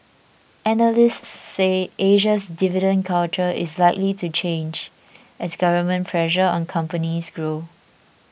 analysts said Asia's dividend culture is likely to change as government pressure on companies grows